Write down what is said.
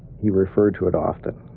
he referred to it often.